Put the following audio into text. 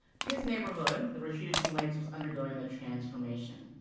his neighborhood, the retreat at twin lakes, was undergoing a transformation.